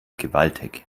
gewaltig